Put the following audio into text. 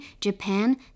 Japan